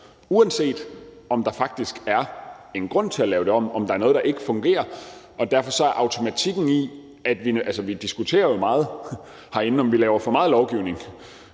uanset om der faktisk er en grund til at lave den om, altså om der er noget, der ikke fungerer. Vi diskuterer jo meget herinde, om vi laver for meget lovgivning,